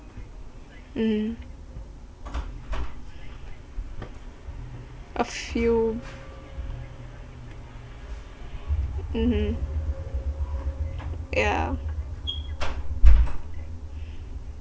mmhmm a few mmhmm yeah